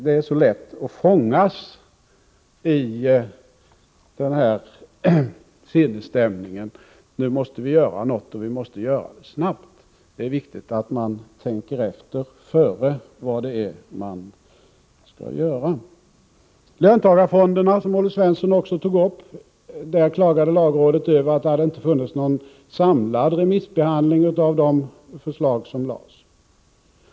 Det är så lätt att bli fången i den här sinnesstämningen, att nu måste vi göra något och vi måste göra det snabbt. Nej, det är viktigt att man tänker efter före beslutet, vad det är man skall göra. Vidare löntagarfonderna, som Olle Svensson också tog upp. Där klagade lagrådet över att det inte hade förekommit någon samlad remissbehandling av det förslag som lades.